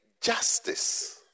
justice